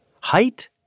Height